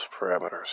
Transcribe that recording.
parameters